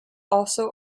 also